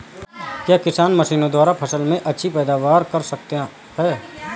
क्या किसान मशीनों द्वारा फसल में अच्छी पैदावार कर सकता है?